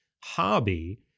hobby